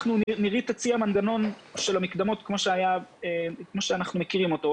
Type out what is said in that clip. נירית הציעה מנגנון של מקדמות כמו שאנחנו מכירים אותו,